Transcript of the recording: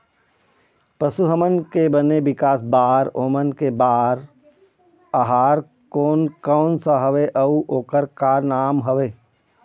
पशु हमन के बने विकास बार ओमन के बार आहार कोन कौन सा हवे अऊ ओकर का नाम हवे?